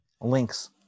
links